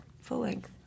full-length